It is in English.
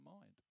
mind